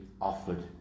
offered